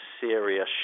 serious